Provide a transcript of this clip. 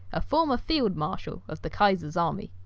a former field marshal of the kaiser's army.